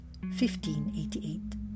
1588